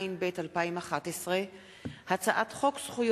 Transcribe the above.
7 והוראת שעה)